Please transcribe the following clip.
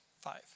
five